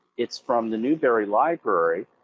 it's from the newberry library,